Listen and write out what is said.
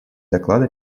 доклада